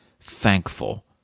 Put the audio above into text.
thankful